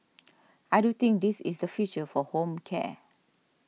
I do think this is the future for home care